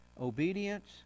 obedience